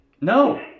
No